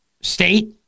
state